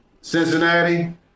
Cincinnati